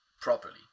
properly